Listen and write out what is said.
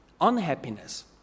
unhappiness